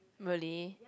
really